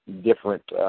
different